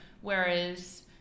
whereas